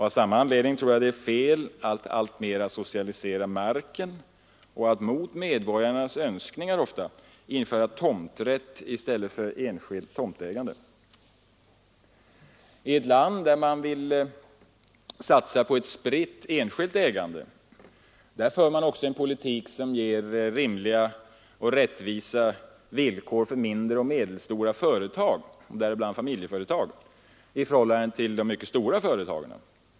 Av samma skäl är det fel att alltmera socialisera marken och att mot medborgarnas önskningar införa tomträtt i stället för enskilt tomtägande. I ett land där man vill satsa på ett spritt, enskilt ägande, där för man också en politik som ger rimliga och rättvisa villkor för mindre och medelstora företag — däribland familjeföretagen — i förhållande till de mycket stora företagen.